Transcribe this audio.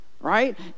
Right